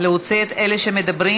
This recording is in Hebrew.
להוציא את אלה שמדברים.